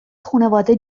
خونواده